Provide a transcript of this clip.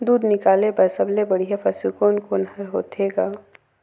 दूध निकाले बर सबले बढ़िया पशु कोन कोन हर होथे ग?